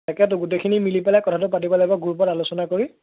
তাকেতো গোটেখিনি মিলি পেলাই কথাটো পাতিব লাগিব গ্ৰুপত আলোচনা কৰি